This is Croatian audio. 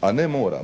a ne mora,